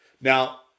Now